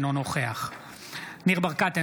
אינו נוכח ניר ברקת,